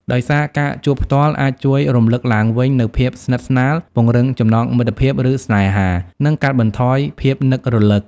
ដោយសារ ការជួបផ្ទាល់អាចជួយរំលឹកឡើងវិញនូវភាពស្និទ្ធស្នាល ពង្រឹងចំណងមិត្តភាព ឬស្នេហា និងកាត់បន្ថយភាពនឹករលឹក។